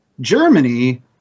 Germany